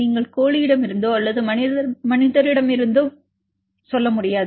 நீங்கள் கோழியிடமிருந்தோ அல்லது மனிதரிடமிருந்தோ சொல்ல முடியாது